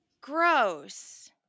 gross